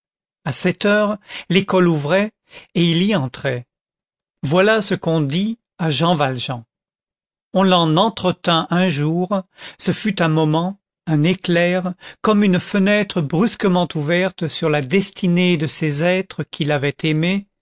à sept heures l'école ouvrait et il y entrait voilà ce qu'on dit à jean valjean on l'en entretint un jour ce fut un moment un éclair comme une fenêtre brusquement ouverte sur la destinée de ces êtres qu'il avait aimés